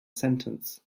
sentence